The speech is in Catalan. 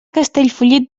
castellfollit